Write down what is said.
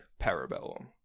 parabellum